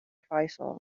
faisal